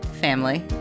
family